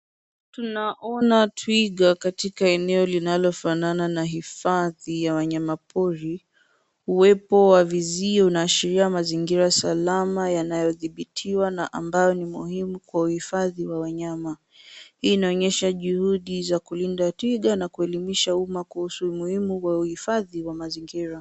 Tunaona twiga katika eneo linalofanana na hifadhi ya wanyama pori. Uwepo wa vizio unaashiria mazingira salama yanayodhibitiwa na ambayo ni muhimu kwa uhifadhi wa wanyama. Hii inaonyesha juhudi za kulinda twiga na kuelimisha uma kuhusu umuhimu wa uhifadhi wa mazingira.